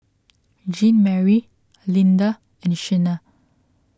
Jeanmarie Linda and Shenna